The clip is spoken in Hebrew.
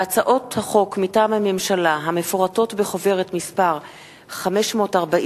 והצעות החוק מטעם הממשלה המפורטות בחוברת מס' 541,